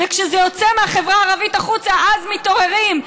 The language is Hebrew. וכשזה יוצא מהחברה הערבית החוצה אז מתעוררים.